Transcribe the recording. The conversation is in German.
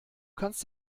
kannst